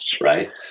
right